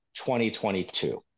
2022